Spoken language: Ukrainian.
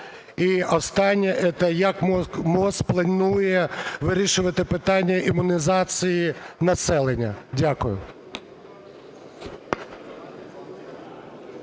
І останнє. Як МОЗ планує вирішувати питання імунізації населення? Дякую.